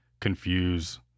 confuse